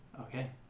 Okay